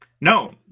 No